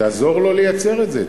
תעזור לו לייצר את זה,